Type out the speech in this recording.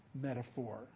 metaphor